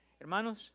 Hermanos